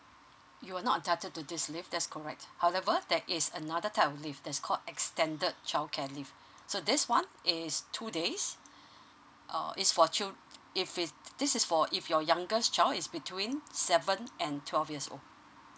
you are not entitled to this leave that's correct however there is another type of leave that's called extended childcare leave so this one is two days uh it's for childr~ if it this is for if your youngest child is between seven and twelve years old